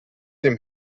dem